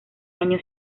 año